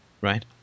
right